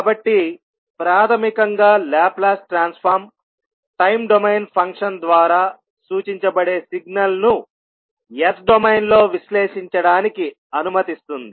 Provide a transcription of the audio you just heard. కాబట్టి ప్రాథమికంగా Laplace transform time domain function ద్వారా సూచించబడే సిగ్నల్ను S డొమైన్ లో విశ్లేషించడానికి అనుమతిస్తుంది